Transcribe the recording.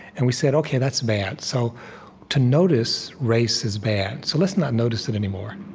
and we said, ok, that's bad so to notice race is bad, so let's not notice it anymore.